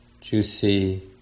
juicy